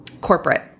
corporate